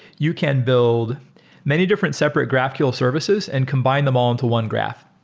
you can build many different separate graphql services and combine them all into one graph.